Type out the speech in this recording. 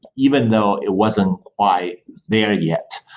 even though it wasn't quite there yet.